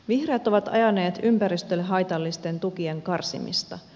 vihreät ovat ajaneet ympäristölle haitallisten tukien karsimista